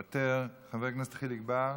מוותר, חבר הכנסת חיליק בר,